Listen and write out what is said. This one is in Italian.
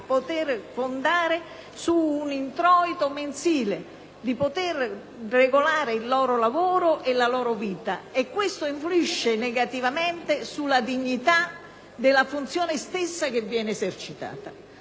non poter contare su un introito mensile, di non poter regolare il loro lavoro e la loro vita. Questo influisce negativamente sulla dignità della funzione stessa che viene esercitata.